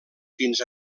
fins